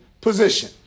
position